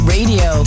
Radio